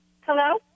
Hello